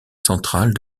centrale